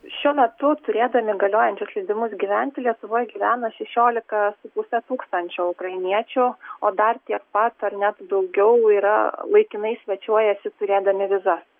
šiuo metu turėdami galiojančius leidimus gyventi lietuvoj gyvena šešiolika su puse tūkstančio ukrainiečių o dar tiek pat ar net daugiau yra laikinai svečiuojasi turėdami vizas